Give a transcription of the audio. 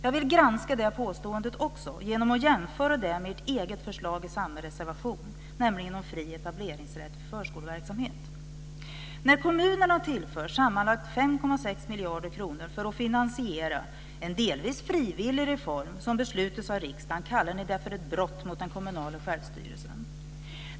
Jag vill granska det påståendet genom att jämföra det med ert eget förslag i samma reservation, nämligen fri etableringsrätt för förskoleverksamhet. När kommunerna tillförs sammanlagt 5,6 miljarder kronor för att finansiera en delvis frivillig reform som beslutats av riksdagen kallar ni det för ett brott mot den kommunala självstyrelsen.